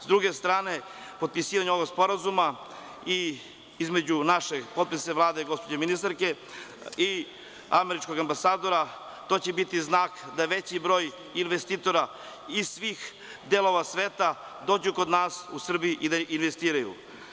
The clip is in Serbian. S druge strane, potpisivanje ovog sporazuma i između našeg potpredsednika Vlade, gospođe ministarke i američkog ambasadora, to će biti znak da veći broj investitora iz svih delova sveta dođu kod nas u Srbiju i da investiraju.